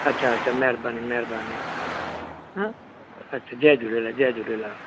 अच्छा अच्छा महिरबानी महिरबानी हा अच्छा जय झूलेलाल जय झूलेलाल